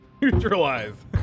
Neutralize